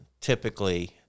typically